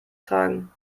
tragen